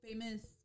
famous